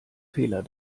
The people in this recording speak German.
fehler